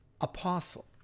apostle